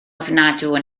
ofnadwy